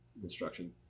construction